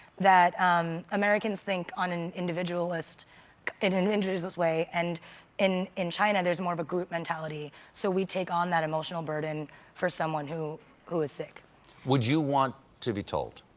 that americans think on an individualist in an individualist way, and in in china there's more of a group mentality, so we take on that emotional burden for someone who who is sick. stephen would you want to be told?